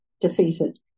defeated